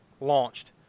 launched